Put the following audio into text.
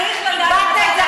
צריך לדעת מתי להפסיק.